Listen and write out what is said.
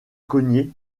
cogner